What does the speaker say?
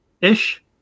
ish